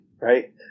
right